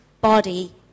body